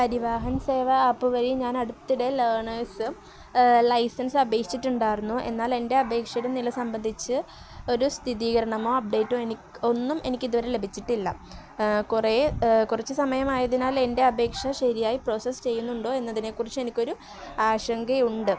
Parivahan Sewa app വഴി ഞാൻ അടുത്തിടെ ലേണേഴ്സും ലൈസൻസ് അപേക്ഷിച്ചിട്ടുണ്ടായിരുന്നു എന്നാൽ എൻ്റെ അപേക്ഷയുടെ നില സംബന്ധിച്ച് ഒരു സ്ഥിതീകരണമോ അപ്ഡേറ്റോ എനി ഒന്നും എനിക്കിതുവരെ ലഭിച്ചിട്ടില്ല കുറേ കുറച്ച് സമയമായതിനാൽ എൻ്റെ അപേക്ഷ ശരിയായി പ്രോസസ്സ് ചെയ്യുന്നുണ്ടോ എന്നതിനെക്കുറിച്ച് എനിക്കൊരു ആശങ്കയുണ്ട്